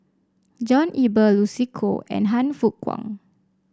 John Eber Lucy Koh and Han Fook Kwang